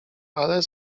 ale